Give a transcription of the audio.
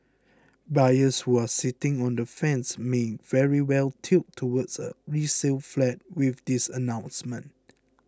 buyers who are sitting on the fence may very well tilt towards a resale flat with this announcement